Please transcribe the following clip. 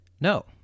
No